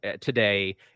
today